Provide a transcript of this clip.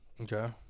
Okay